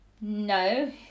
no